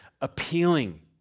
appealing